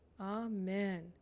Amen